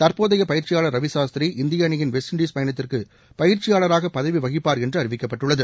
தற்போதைய பயிற்சியாளர் ரவி சாஸ்திரி இந்திய அணியின் வெஸ்ட் இண்டீஸ் பயணத்திற்கு பயிற்சியாளராக பதவி வகிப்பார் என்று அறிவிக்கப்பட்டுள்ளது